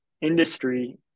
industry